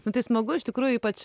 nu tai smagu iš tikrųjų ypač